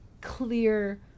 clear